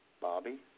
Bobby